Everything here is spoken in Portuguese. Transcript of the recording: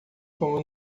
como